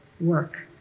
work